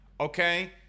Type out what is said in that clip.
okay